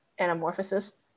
anamorphosis